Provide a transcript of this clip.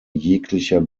jeglicher